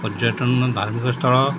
ପର୍ଯ୍ୟଟନ ଧାର୍ମିକ ସ୍ଥଳ